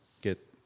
get